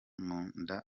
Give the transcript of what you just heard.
munda